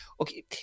okay